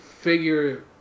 figure